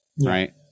right